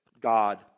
God